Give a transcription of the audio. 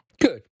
good